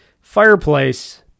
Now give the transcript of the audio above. fireplace